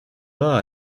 pas